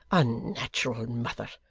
unnatural mother